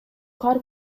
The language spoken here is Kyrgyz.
кар